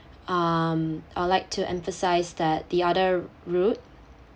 um I'd like to emphasize that the other route